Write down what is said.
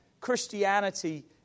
Christianity